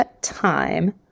time